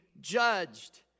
judged